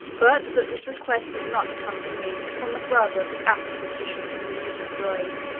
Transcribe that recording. but that this request does not come from you, but from the brother of the african magician, whom you destroyed.